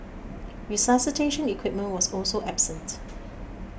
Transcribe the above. resuscitation equipment was also absent